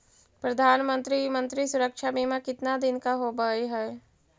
प्रधानमंत्री मंत्री सुरक्षा बिमा कितना दिन का होबय है?